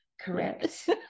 correct